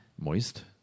Moist